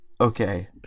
Okay